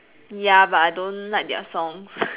ya but I don't like their songs